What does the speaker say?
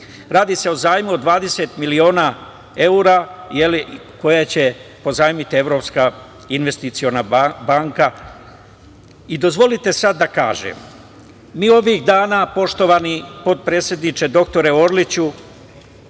Radi se o zajmu od 20 miliona evra, koje će pozajmiti Evropska investiciona banka. Dozvolite sada da kažem da mi ovih dana, poštovani potpredsedniče dr Orliću,